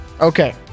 Okay